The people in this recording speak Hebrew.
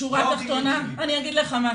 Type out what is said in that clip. בשורה התחתונה, אני אגיד לך משהו.